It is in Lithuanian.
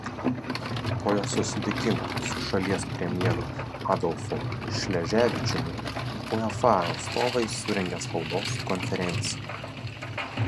po jos susitikimo su šalies premjeru adolfu šleževičiumi uefa atstovai surengė spaudos konferenciją